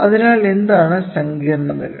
അതിനാൽ എന്താണ് സങ്കീർണ്ണതകൾ